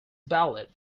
ballad